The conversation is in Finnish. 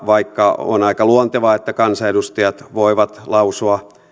vaikka on aika luontevaa että kansanedustajat voivat lausua